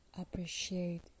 appreciate